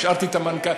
השארתי את המנכ"ל.